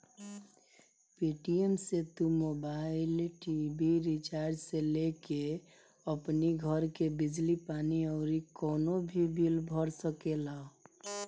Paytm से तू mobile, TV recharge से लेके अपनी घर के बिजली पानी अउरी कवनो भी बिल भर सकेला